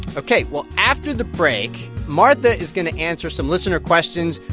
ok, well, after the break, martha is going to answer some listener questions.